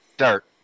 Dirt